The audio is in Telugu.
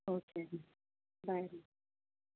ఓకే అండి బయ్ అండి